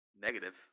Negative